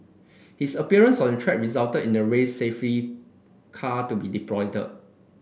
his appearance on the track resulted in the race safety car to be deployed